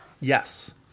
Yes